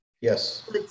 Yes